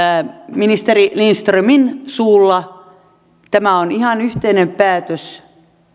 ministeri lindströmin suulla tämä on ihan yhteinen päätös